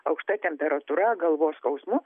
aukšta temperatūra galvos skausmu